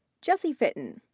jesse fitton,